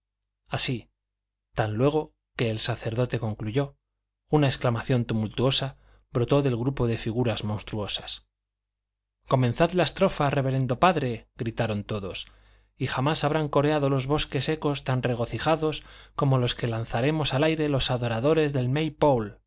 así tan luego que el sacerdote concluyó una exclamación tumultuosa brotó del grupo de figuras monstruosas comenzad la estrofa reverendo padre gritaron todos y jamás habrán coreado los bosques ecos tan regocijados como los que lanzaremos al aire los adoradores del